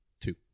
Two